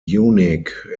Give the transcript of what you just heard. unique